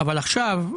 אבל עכשיו,